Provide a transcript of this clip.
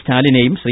സ്റ്റാലിനെയും Shri